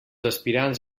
aspirants